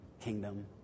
Kingdom